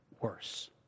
worse